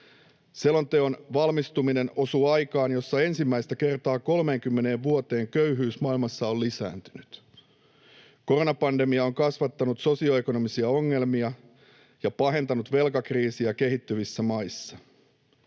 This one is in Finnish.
Selonteon valmistuminen osuu aikaan, jossa ensimmäistä kertaa 30 vuoteen köyhyys maailmassa on lisääntynyt. Koronapandemia on kasvattanut sosioekonomisia ongelmia ja pahentanut velkakriisiä kehittyvissä maissa.